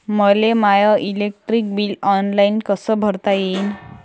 मले माय electric bill online कस भरता येईन?